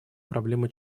проблемы